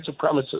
supremacists